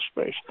Space